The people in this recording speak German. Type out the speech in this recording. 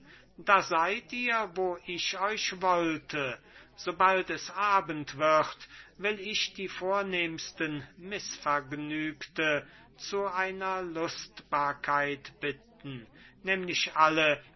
da seid ihr wo ich euch wollte sobald es abend wird will ich die vornehmsten mißvergnügte zu einer lustbarkeit bitten nämlich alle